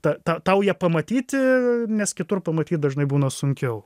ta ta tau ją pamatyti nes kitur pamatyt dažnai būna sunkiau